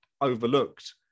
overlooked